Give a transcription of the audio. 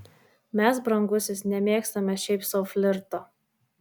mes brangusis nemėgstame šiaip sau flirto